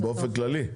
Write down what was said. באופן כללי?